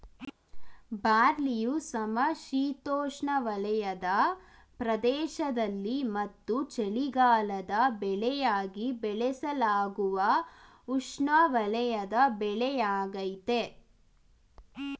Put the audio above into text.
ಬಾರ್ಲಿಯು ಸಮಶೀತೋಷ್ಣವಲಯದ ಪ್ರದೇಶದಲ್ಲಿ ಮತ್ತು ಚಳಿಗಾಲದ ಬೆಳೆಯಾಗಿ ಬೆಳೆಸಲಾಗುವ ಉಷ್ಣವಲಯದ ಬೆಳೆಯಾಗಯ್ತೆ